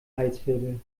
halswirbel